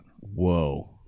whoa